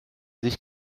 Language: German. sich